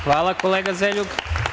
Hvala, kolega Zeljug.